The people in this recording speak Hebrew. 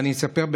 ואני אספר,